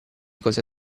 cosa